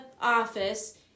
office